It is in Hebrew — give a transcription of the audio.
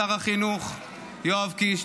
שר החינוך יואב קיש,